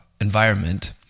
Environment